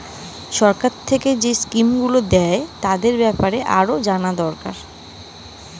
সরকার থিকে যেই স্কিম গুলো দ্যায় তাদের বেপারে আরো জানা দোরকার